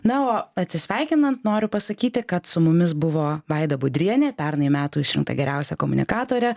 na o atsisveikinant noriu pasakyti kad su mumis buvo vaida budrienė pernai metų išrinkta geriausia komunikatore